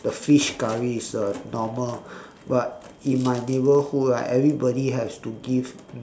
the fish curry is a normal but in my neighbourhood right everybody has to give